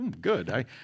good